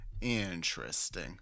Interesting